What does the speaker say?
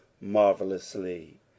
marvelously